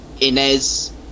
Inez